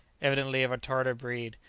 evidently of a tartar breed,